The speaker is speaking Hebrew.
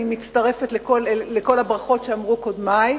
אני מצטרפת לכל הברכות שאמרו קודמי.